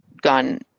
gun